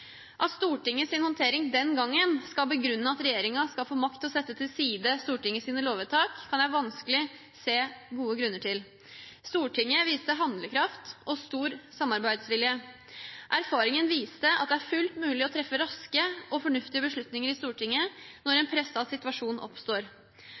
til. Stortinget viste handlekraft og stor samarbeidsvilje. Erfaringen viste at det er fullt mulig å treffe raske og fornuftige beslutninger i Stortinget når en